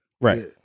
Right